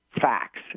facts